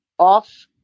off